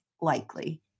likely